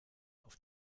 auf